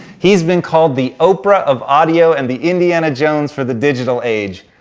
he's been called the oprah of audio and the indiana jones for the digital age,